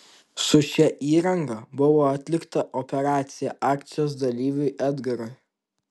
su šia įranga buvo atlikta operacija akcijos dalyviui edgarui